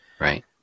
Right